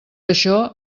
això